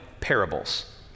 parables